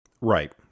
Right